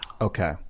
Okay